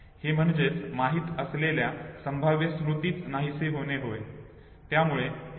हे म्हणजेच माहित असलेल्या संभाव्य स्मृतीच नाहीसी होणे होय